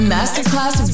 Masterclass